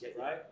right